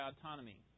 autonomy